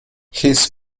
his